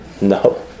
No